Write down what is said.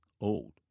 old